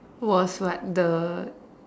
was what the